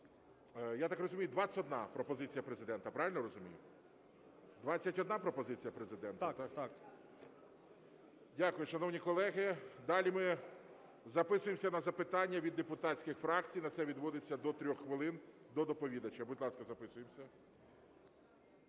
Я так розумію, 21 пропозиція Президента, правильно я розумію? 21 пропозиція Президента? МАГОМЕДОВ Р.С. Так, так. ГОЛОВУЮЧИЙ. Дякую. Шановні колеги, далі ми записуємо на запитання від депутатських фракцій, на це відводиться до 3 хвилин, до доповідача. Будь ласка, записуємося.